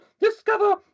discover